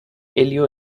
helio